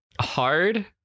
hard